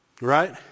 Right